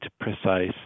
precise